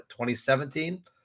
2017